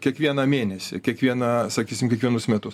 kiekvieną mėnesį kiekvieną sakysim kiekvienus metus